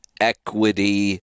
equity